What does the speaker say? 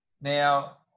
Now